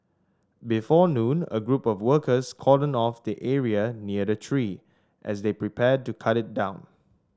before noon a group of workers cordoned off the area near the tree as they prepared to cut it down